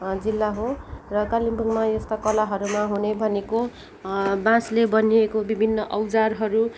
जिल्ला हो र कालिम्पोङमा यस्ता कलाहरूमा हुने भनेको बाँसले बनिएको विभिन्न औजारहरू